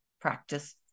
practice